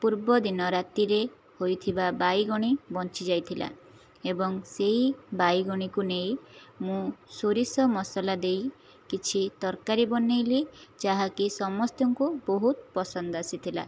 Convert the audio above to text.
ପୂର୍ବଦିନ ରାତିରେ ହୋଇଥିବା ବାଇଗଣୀ ବଞ୍ଚି ଯାଇଥିଲା ଏବଂ ସେଇ ବାଇଗଣୀକୁ ନେଇ ମୁଁ ସୋରିଷ ମସଲା ଦେଇ କିଛି ତରକାରୀ ବନେଇଲି ଯାହାକି ସମସ୍ତଙ୍କୁ ବହୁତ ପସନ୍ଦ ଆସିଥିଲା